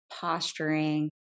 posturing